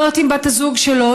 להיות עם בת הזוג שלו,